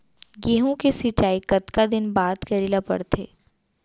गेहूँ के सिंचाई कतका दिन बाद करे ला पड़थे?